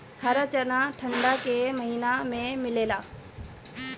हरा चना ठंडा के महिना में मिलेला